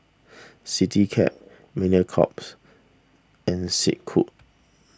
CityCab Mediacorp's and Snek Ku